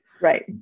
Right